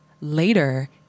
later